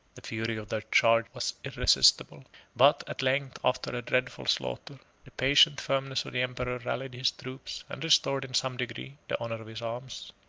the fury of their charge was irresistible but, at length, after a dreadful slaughter, the patient firmness of the emperor rallied his troops, and restored, in some degree, the honor of his arms.